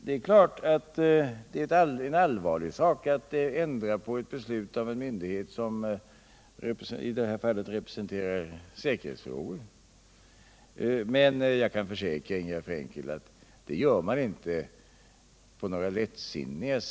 Det är klart att det är en allvarlig sak att ändra på ett beslut av —- som i det här fallet — en myndighet som tillvaratar säkerhetsintresset. Men jag kan försäkra Ingegärd Frenkel att det gör man inte lättsinnigt.